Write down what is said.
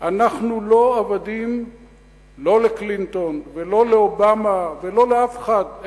אנחנו לא עבדים לא לקלינטון ולא לאובמה ולא לאף אחד,